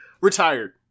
Retired